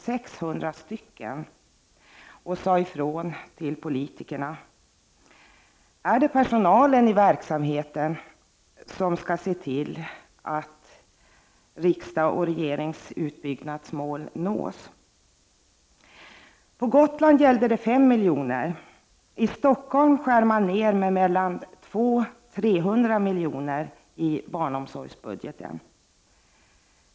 600 samlades och sade ifrån till politikerna. Är det personalen i verksamheten som skall se till att riksdagens och regeringens utbyggnadsmål nås? På Gotland gällde det 5 milj.kr. I Stockholm skär man ner med mellan 200 och 300 milj.kr. i barnomsorgsbudgeten.